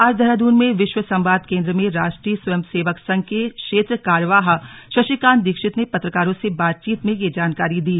आज देहरादून में विश्व संवाद केंद्र में राष्ट्रीय स्वंयसेवक संघ के क्षेत्र कार्यवाह शशिकांत दीक्षित ने पत्रकरों से बातचीत में ये जानकारी दी